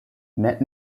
met